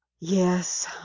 Yes